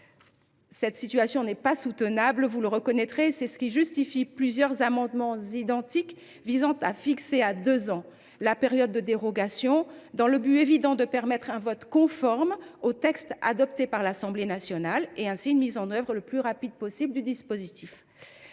cette situation n’est pas soutenable. C’est ce qui justifie plusieurs amendements identiques visant à fixer à deux ans la période de dérogation, avec l’objectif évident de permettre un vote conforme au texte adopté par l’Assemblée nationale et, ainsi, une mise en œuvre la plus rapide possible du dispositif.